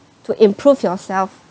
to improve yourself